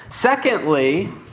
Secondly